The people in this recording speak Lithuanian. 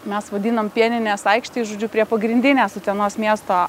mes vadinam pieninės aikštėj žodžiu prie pagrindinės utenos miesto